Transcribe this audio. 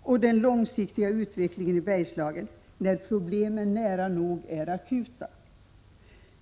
och den långsiktiga utvecklingen i Bergslagen när problemen är nära nog akuta.